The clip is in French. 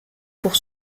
pour